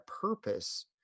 purpose